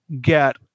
get